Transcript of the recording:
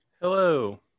Hello